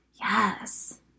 yes